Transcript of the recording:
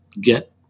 get